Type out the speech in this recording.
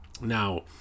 Now